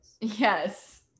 yes